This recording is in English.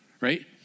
right